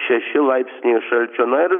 šeši laipsniai šalčio na ir